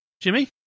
Jimmy